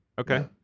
okay